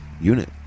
unit